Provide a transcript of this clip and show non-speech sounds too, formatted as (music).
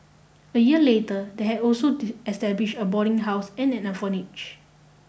a year later they had also (unintelligible) established a boarding house and an orphanage